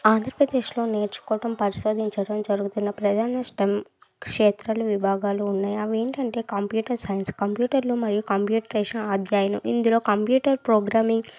ఆంధ్రప్రదేశ్లో నేర్చుకోవడం పరిశోధించడం జరుగుతున్న ప్రధాన స్టెం క్షేత్రాలు విభాగాలు ఉన్నాయి అవి ఏంటంటే కంప్యూటర్ సైన్స్ కంప్యూటర్లు మరియు కంప్యూటరైజేషన్ అధ్యాయనం ఇందులో కంప్యూటర్ ప్రోగ్రామింగ్